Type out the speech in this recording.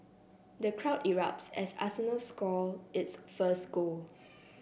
the crowd erupts as arsenal score its first goal